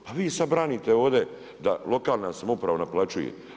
A vi sad branite ovdje da lokalna samouprava naplaćuje.